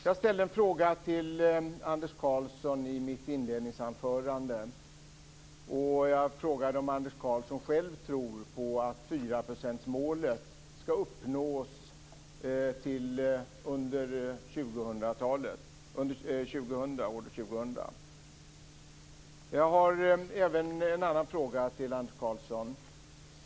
Jag ställde en fråga till Anders Karlsson i mitt inledningsanförande. Jag frågade om Anders Karlsson själv tror på att fyraprocentsmålet skall uppnås till år Jag har även en annan fråga till Anders Karlsson.